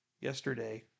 yesterday